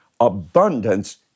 Abundance